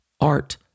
art